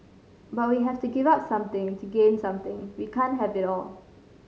but we have to give up something to gain something we can't have it all